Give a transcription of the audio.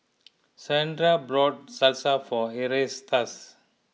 Saundra bought Salsa for Erastus